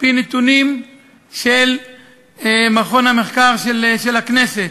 על-פי נתונים של מחלקת המחקר של הכנסת,